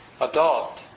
adult